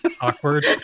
awkward